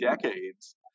decades